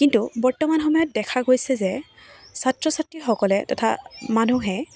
কিন্তু বৰ্তমান সময়ত দেখা গৈছে যে ছাত্ৰ ছাত্ৰীসকলে তথা মানুহে